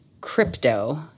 crypto